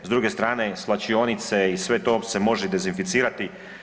S druge strane svlačionice i sve to se može dezinficirati.